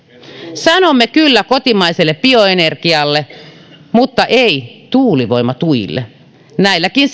sanomme kyllä kotimaiselle bioenergialle mutta ei tuulivoimatuille näilläkin